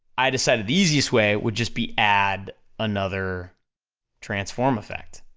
i decided the easiest way would just be add another transform effect,